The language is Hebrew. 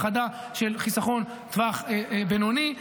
האחדה של חיסכון לטווח בינוני.